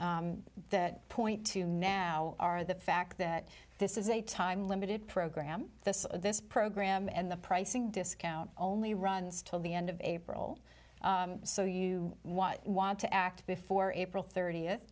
that point to now are the fact that this is a time limited program this this program and the pricing discount only runs till the end of april so you want want to act before april thirtieth